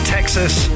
Texas